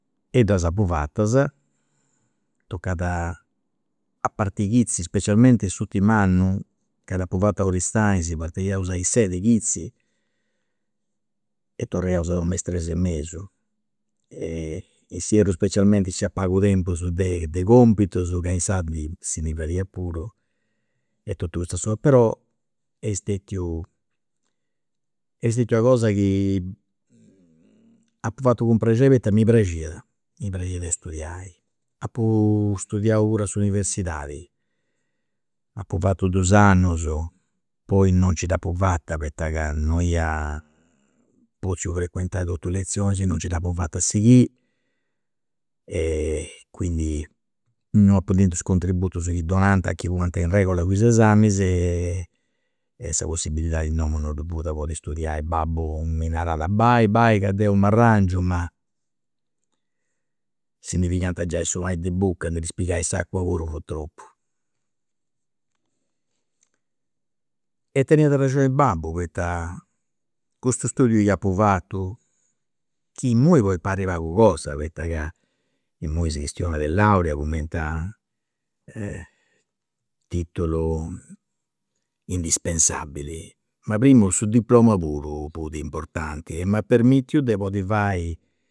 E ddas apu fatas, tocat a partiri chizi, specialmenti s'urtimu annu ca dd'apu fatu a Aristanis, partiaus a i' ses de chizi e torraiaus a domu a is tres e mesu e a s'erru specialmenti nc'at pagu tempus de compitus ca insaras si ndi fadiant puru e totu custas cosas. Però est stetiu est stetia una cosa chi apu fatu cun prexeri poita mi praxiat, mi praxiat a studiai, apu studiau puru a s'universidadi, apu fatu dus annus, poi nin nci d'apu fata poita ca non ia potziu frequentai totu i' lezionis, non nci d'apu fata a sighiri e quindi non apu tentu is contributus chi donant a chi fuant in regola cun is esamis e sa possibilidadi in domu non ddoi fuat po podi studiai, babbu mi narat bai, bai ca deu m'arrangiu ma si ndi pigant giai su pani de bucca e ndi si pigai s'acua puru fut tropu. E teniat arrexioni babbu poita custu studiu chi apu fatu, chi imui podit parri pagu cosa, poita ca imui si chistionat de laurea cumenti a titulu indispensabili, ma primu su diploma puru fut importanti e m'at permittiu de podi fai